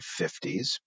1950s